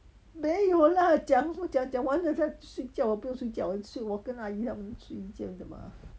没有 lah 讲不讲讲完了在睡觉我不用睡觉我去我跟阿姨她们睡觉的吗